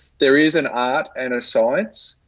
there is an art and a science.